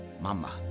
Mama